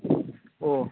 ꯑꯣ